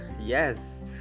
yes